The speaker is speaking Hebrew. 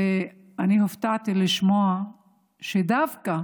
ואני הופתעתי לשמוע שדווקא